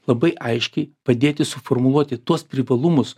labai aiškiai padėti suformuluoti tuos privalumus